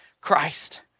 Christ